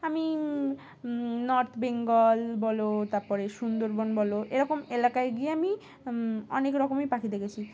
আমি নর্থ বেঙ্গল বলো তারপরে সুন্দরবন বলো এরকম এলাকায় গিয়ে আমি অনেক রকমই পাখি দেখেছি